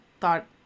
thought